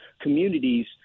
communities